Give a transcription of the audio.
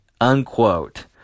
Unquote